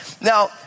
Now